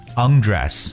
undress